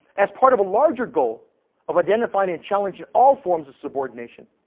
as part of a larger goal of identifying and challenging all forms of subordination.